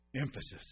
emphasis